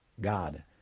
God